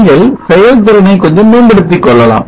நீங்கள் செயல்திறனை கொஞ்சம் மேம்படுத்திக் கொள்ளலாம்